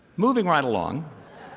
moving right along.